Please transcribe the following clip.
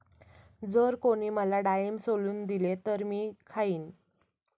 जर कोणी मला डाळिंब सोलून दिले तर मी खाईन